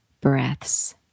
breaths